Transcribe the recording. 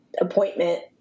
appointment